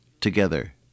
together